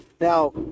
Now